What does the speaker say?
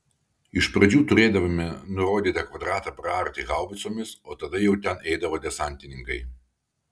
iš pradžių turėdavome nurodytą kvadratą praarti haubicomis o tada jau ten eidavo desantininkai